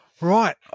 Right